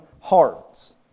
hearts